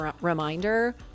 reminder